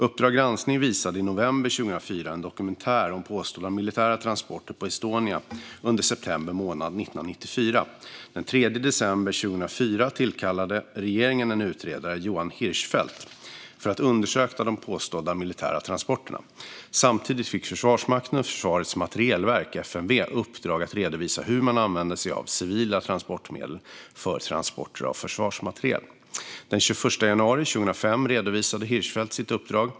Uppdrag granskning visade i november 2004 en dokumentär om påstådda militära transporter på Estonia under september månad 1994. Den 3 december 2004 tillkallade regeringen en utredare, Johan Hirschfeldt, för att undersöka de påstådda militära transporterna. Samtidigt fick Försvarsmakten och Försvarets materielverk, FMV, uppdrag att redovisa hur man använde sig av civila transportmedel för transporter av försvarsmateriel. Den 21 januari 2005 redovisade Hirschfeldt sitt uppdrag.